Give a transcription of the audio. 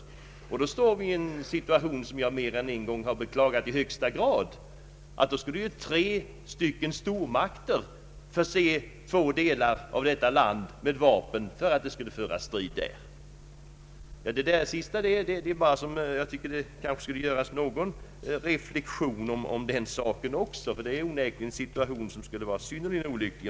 Då kommer vi att stå inför en situation, som jag mer än en gång i högsta grad beklagat, nämligen att tre stormakter skulle förse två delar av Vietnam med vapen för att striderna skulle kunna fortsätta där. Jag anser att någon reflexion borde göras även om detta, ty en sådan situation skulle onekligen vara synnerligen olycklig.